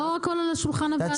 לא הכול על שולחן הוועדה עכשיו.